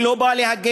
אני לא בא להגן.